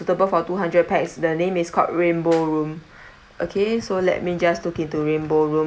suitable for two hundred pax the name is called rainbow room okay so let me just look into rainbow room